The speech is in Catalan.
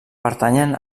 pertanyen